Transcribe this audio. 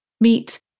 Meet